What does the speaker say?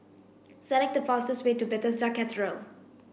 select the fastest way to Bethesda Cathedral